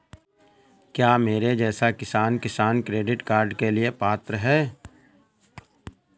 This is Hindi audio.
क्या मेरे जैसा किसान किसान क्रेडिट कार्ड के लिए पात्र है?